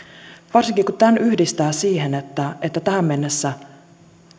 varsinkin kun tämän yhdistää siihen että että tähän mennessä